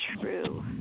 true